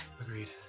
Agreed